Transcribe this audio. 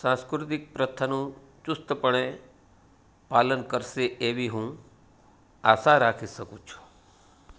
સાંસ્કૃતિક પ્રથાનું ચુસ્તપણે પાલન કરશે એવી હું આશા રાખી શકું છું